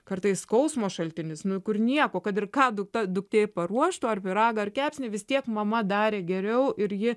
kartais skausmo šaltinis nu kur nieko kad ir ką ta duktė paruoštų ar pyragą ar kepsnį vis tiek mama darė geriau ir ji